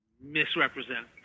misrepresent